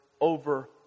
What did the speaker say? over